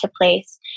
place